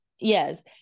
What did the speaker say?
Yes